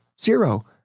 Zero